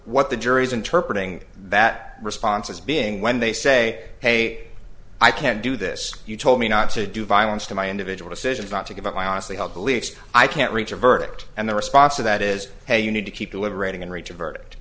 what the jury's interpretating that response is being when they say hey i can't do this you told me not to do violence to my individual decisions not to give up i honestly held beliefs i can't reach a verdict and the response to that is hey you need to keep deliberating and reach a verdict